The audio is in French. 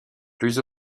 plus